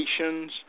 nations